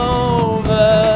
over